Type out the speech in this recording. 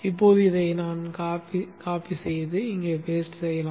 இப்போது இதை காப்பி செய்து இங்கே பேஸ்ட் செய்யலாம்